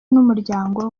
n’umuryango